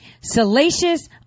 salacious